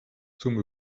zum